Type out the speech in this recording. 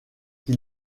qui